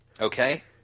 Okay